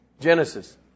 Genesis